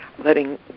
letting